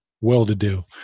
well-to-do